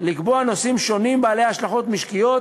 לקבוע נושאים שונים בעלי השלכות משקיות,